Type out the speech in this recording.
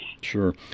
Sure